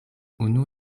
unu